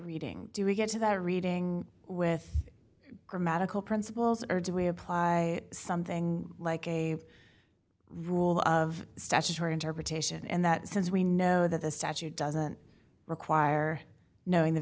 reading do we get to that reading with grammatical principles or do we apply something like a rule of statutory interpretation and that since we know that the statute doesn't require knowing the